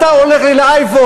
אתה הולך לי לאייפון.